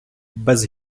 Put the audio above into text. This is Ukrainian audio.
без